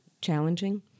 challenging